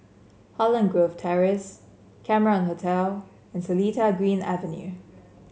Holland Grove Terrace Cameron Hotel and Seletar Green Avenue